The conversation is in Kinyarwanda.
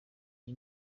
iyi